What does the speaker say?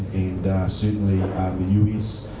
and certainly the us,